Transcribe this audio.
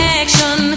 action